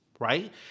Right